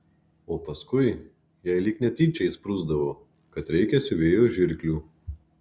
o paskui jai lyg netyčia išsprūsdavo kad reikia siuvėjo žirklių